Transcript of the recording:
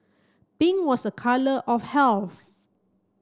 pink was a colour of health